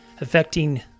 affecting